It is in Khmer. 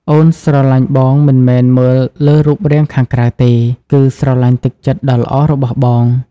អូនស្រឡាញ់បងមិនមែនមើលលើរូបរាងខាងក្រៅទេ គឺស្រឡាញ់ទឹកចិត្តដ៏ល្អរបស់បង។